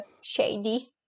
shady